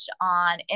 on